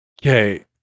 Okay